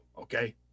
Okay